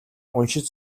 уншиж